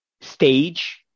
stage